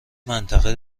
منطقه